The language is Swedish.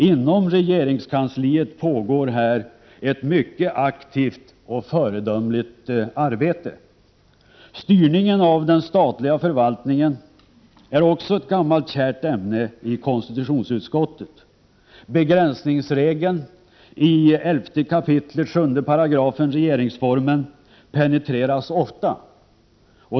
Inom regeringskansliet pågår här ett mycket aktivt och föredömligt arbete. Styrningen av den statliga förvaltningen är också ett gammalt kärt ämne i konstitutionsutskottet. Begränsningsregeln i 11 kap. 7 § regeringsformen penetreras ofta.